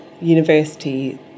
university